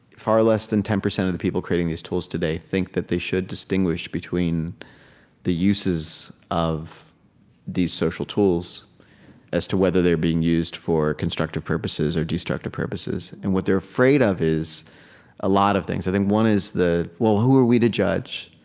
far less than ten percent of the people creating these tools today think that they should distinguish between the uses of these social tools as to whether they're being used for constructive purposes or destructive purposes. and what they're afraid of is a lot of things. i think one is that, well, who are we to judge?